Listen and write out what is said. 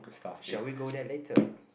shall we go there later